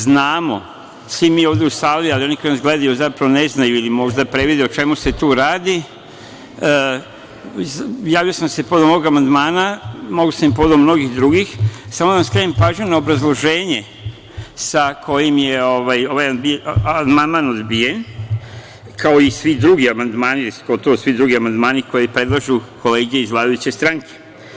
Znamo svi mi ovde u sali, ali oni koji nas gledaju zapravo ne znaju ili možda previde o čemu se tu radi, javio sam se povodom ovog amandmana, mogao sam i povodom mnogih drugih, ali samo da vam skrenem pažnju na obrazloženje sa kojim je ovaj amandman odbijen, kao i svi drugi amandmani, gotovo svi drugi amandmani koje predlažu kolege iz vladajuće stranke.